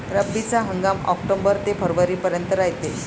रब्बीचा हंगाम आक्टोबर ते फरवरीपर्यंत रायते